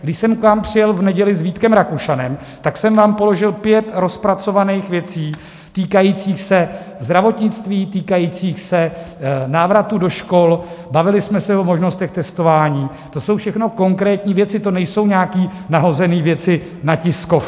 Když jsem k vám přijel v neděli s Vítkem Rakušanem, tak jsem vám položil pět rozpracovaných věcí, týkajících se zdravotnictví, týkajících se návratu do škol, bavili jsme se o možnostech testování, to jsou všechno konkrétní věci, to nejsou nějaké nahozené věci na tiskovku.